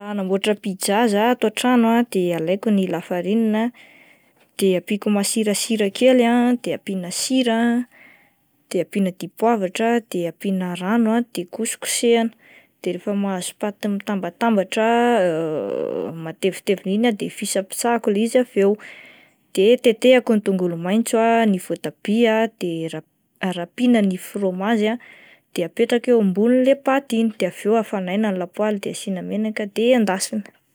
Raha anamboatra pizza zah ato an-trano ah de alaiko ny lafarinina de ampiako masirasira kely ah de ampiana sira ah de ampiana dipoavatra ah de ampiana rano ah de kosikosehina, de rehefa mahazo paty mitambatambatra ah matevitevina iny de fisapisahako ilay izy avy eo de tetehiko ny tongolo maintso ah ny voatabia de rapina ny frômazy de apetraka eo ambon'ilay paty iny de avy eo afanaina ny lapoaly de afanaina de endasina.